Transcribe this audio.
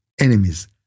enemies